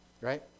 right